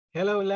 Hello